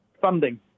funding